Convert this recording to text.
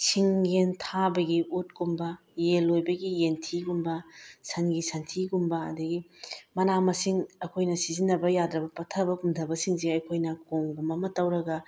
ꯁꯤꯡ ꯌꯦꯟ ꯊꯥꯕꯒꯤ ꯎꯠꯀꯨꯝꯕ ꯌꯦꯟ ꯂꯣꯏꯕꯒꯤ ꯌꯦꯟꯊꯤꯒꯨꯝꯕ ꯁꯟꯒꯤ ꯁꯟꯊꯤꯒꯨꯝꯕ ꯑꯗꯒꯤ ꯃꯅꯥ ꯃꯁꯤꯡ ꯑꯩꯈꯣꯏꯅ ꯁꯤꯖꯤꯟꯅꯕ ꯌꯥꯗ꯭ꯔꯕ ꯄꯠꯊꯕ ꯄꯨꯝꯊꯕꯁꯤꯡꯁꯦ ꯑꯩꯈꯣꯏꯅ ꯀꯣꯝꯒꯨꯝꯕ ꯑꯃ ꯇꯧꯔꯒ